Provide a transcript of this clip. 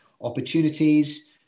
opportunities